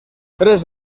tres